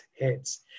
heads